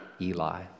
Eli